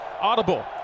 Audible